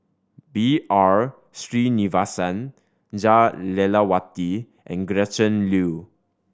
B R Sreenivasan Jah Lelawati and Gretchen Liu